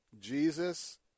Jesus